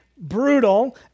brutal